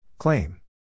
Claim